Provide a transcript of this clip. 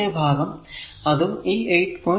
ഇത് മറ്റേ ഭാഗം അതും ഈ 8